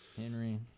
Henry